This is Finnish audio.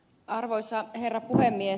arvoisa herra puhemies